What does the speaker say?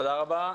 תודה רבה.